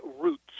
Roots